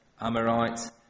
Amorites